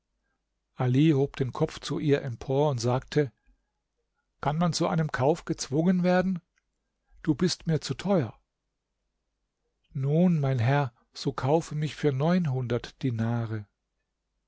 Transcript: ali hob den kopf zu ihr empor und sagte kann man zu einem kauf gezwungen werden du bist mir zu teuer nun mein herr so kaufe mich für neunhundert dinare